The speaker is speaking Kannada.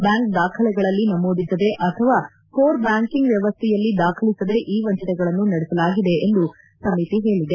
ಬ್ಬಾಂಕ್ ದಾಖಲೆಗಳಲ್ಲಿ ನಮೂದಿಸದೆ ಅಥವಾ ಕೋರ್ ಬ್ಬಾಂಕಿಂಗ್ ವ್ಯವಸ್ಥೆಯಲ್ಲಿ ದಾಖಲಿಸದೆ ಈ ವಂಚನೆಗಳನ್ನು ನಡೆಸಲಾಗಿದೆ ಎಂದು ಸಮಿತಿ ಹೇಳಿದೆ